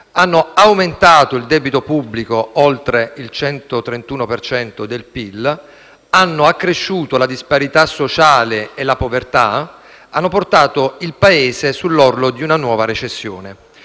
hanno aumentato il debito pubblico oltre il 131 per cento del PIL, hanno accresciuto la disparità sociale e la povertà, hanno portato il Paese sull'orlo di una nuova recessione.